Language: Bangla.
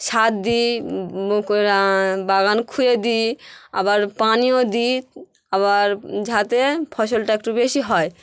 সার দিই বাগান খুঁড়ে দিই আবার পানীয় দিই আবার যাতে ফসলটা একটু বেশি হয়